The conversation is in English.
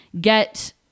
get